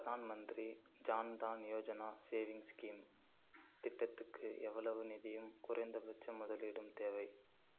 Pradhan Mantri Jan Dhan Yojana savings scheme திட்டத்துக்கு எவ்வளவு நிதியும் குறைந்தபட்ச முதலீடும் தேவை